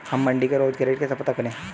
हम मंडी के रोज के रेट कैसे पता करें?